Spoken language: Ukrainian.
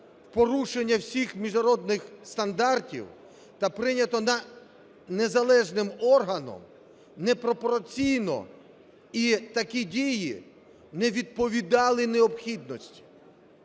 порушення всіх міжнародних стандартів та прийнято незалежним органом непропорційно, і такі дії не відповідали необхідності.